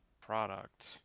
product